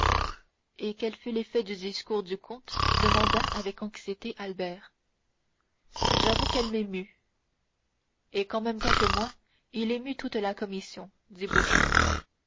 et quel fut l'effet du discours du comte demanda avec anxiété albert j'avoue qu'il m'émut et qu'en même temps que moi il émut toute la commission